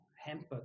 hampered